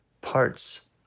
parts